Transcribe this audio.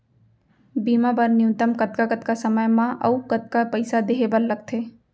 बीमा बर न्यूनतम कतका कतका समय मा अऊ कतका पइसा देहे बर लगथे